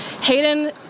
Hayden